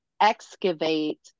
excavate